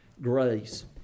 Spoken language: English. grace